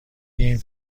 این